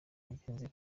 yagenze